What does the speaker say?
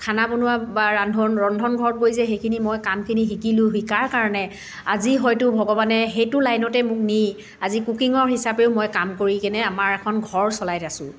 খানা বনোৱা বা ৰান্ধন ৰন্ধন ঘৰত গৈ যে সেইখিনি মই কামখিনি শিকিলোঁ শিকাৰ কাৰণে আজি হয়তো ভগৱানে সেইটো লাইনতে মোক নি আজি কুকিঙৰ হিচাপেও মই কাম কৰি কেনে আমাৰ এখন ঘৰ চলাই আছোঁ